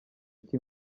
iki